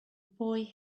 boy